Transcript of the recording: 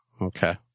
Okay